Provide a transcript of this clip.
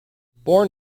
born